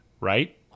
right